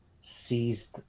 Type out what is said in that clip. seized